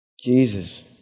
Jesus